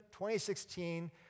2016